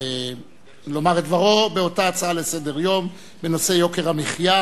לומר את דברו באותה הצעה לסדר-היום בנושא יוקר המחיה,